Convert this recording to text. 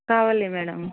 కావాలి మేడమ్